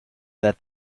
that